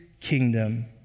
kingdom